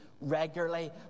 Regularly